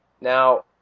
Now